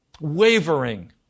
wavering